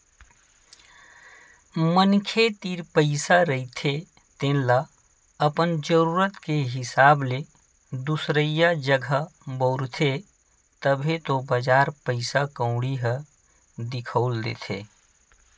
मनखे तीर पइसा रहिथे तेन ल अपन जरुरत के हिसाब ले दुसरइया जघा बउरथे, तभे तो बजार पइसा कउड़ी ह दिखउल देथे